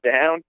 down